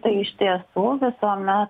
tai iš tiesų visuomet